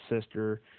sister